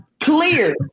clear